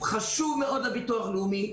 הוא חשוב מאוד לביטוח הלאומי.